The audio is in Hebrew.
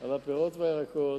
על הפירות והירקות,